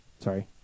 Sorry